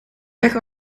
weg